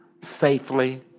safely